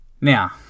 Now